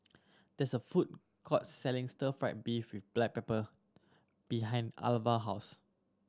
there is a food court selling stir fried beef with black pepper behind Alvah house